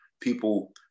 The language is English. people